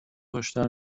هشدار